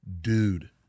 Dude